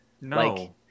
no